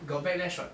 got back then shot